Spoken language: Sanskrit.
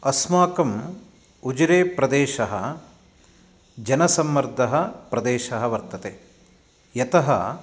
अस्माकम् उजिरे प्रदेशः जनसम्मर्दः प्रदेशः वर्तते यतः